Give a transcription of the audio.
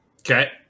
Okay